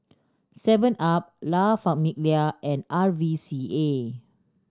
Seven Up La Famiglia and R V C A